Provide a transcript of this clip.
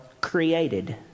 created